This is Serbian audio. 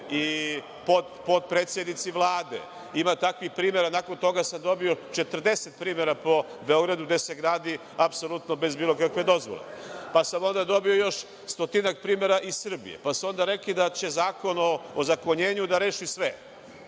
i potpredsednici Vlade. Nakon toga sam dobio 40 primera po Beogradu gde se gradi apsolutno bez bilo kakve dozvole. Pa sam onda dobio još stotinak primera iz Srbije, pa su onda rekli da će Zakon o ozakonjenju da reši sve.